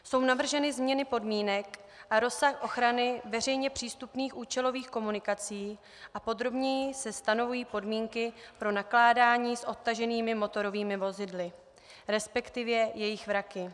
Jsou navrženy změny podmínek a rozsah ochrany veřejně přístupných účelových komunikací a podrobněji se stanovují podmínky pro nakládání s odtaženými motorovými vozidly, respektive jejich vraky.